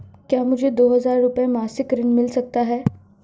क्या मुझे दो हज़ार रुपये मासिक ऋण मिल सकता है?